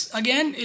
again